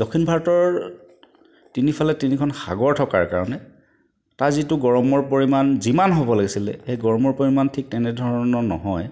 দক্ষিণ ভাৰতৰ তিনিফালে তিনিখন সাগৰ থকাৰ কাৰণে তাৰ যিটো গৰমৰ পৰিমাণ যিমান হ'ব লাগিছিলে সেই গৰমৰ পৰিমাণ ঠিক তেনেধৰণৰ নহয়